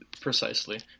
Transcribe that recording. precisely